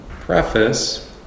preface